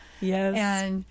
Yes